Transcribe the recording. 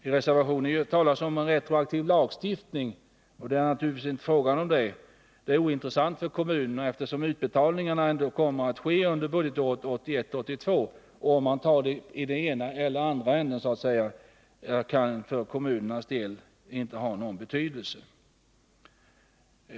I reservationen talas om en retroaktiv lagstiftning, men det är det naturligtvis inte fråga om. Det är ointressant för kommunerna, eftersom utbetalningarna ändå kommer att ske under budgetåret 1981/82. Om man tar det i ena eller andra änden så att säga, kan för kommunernas del inte ha någon betydelse.